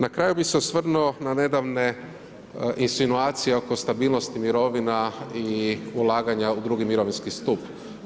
Na kraju bih se osvrnuo na nedavne insinuacije oko stabilnosti mirovina i ulaganja u drugi mirovinski stup.